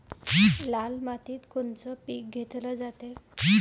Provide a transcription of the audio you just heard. लाल मातीत कोनचं पीक घेतलं जाते?